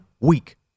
week